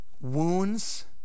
wounds